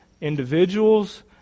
individuals